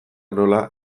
nola